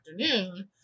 afternoon